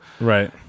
right